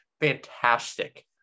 Fantastic